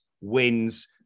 wins